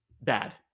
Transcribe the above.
bad